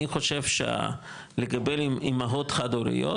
אני חושב לגבי אימהות חד-הוריות,